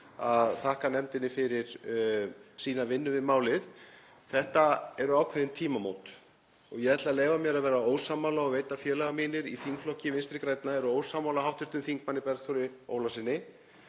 og þakka nefndinni fyrir sína vinnu við málið. Þetta eru ákveðin tímamót. Ég ætla að leyfa mér að vera ósammála og veit að félagar mínir í þingflokki Vinstri grænna eru ósammála hv. þm. Bergþóri Ólasyni